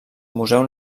museu